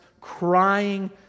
crying